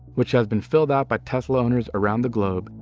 which has been filled out by tesla owners around the globe,